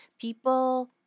people